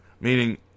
Meaning